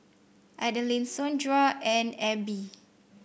Adaline Saundra and Ebbie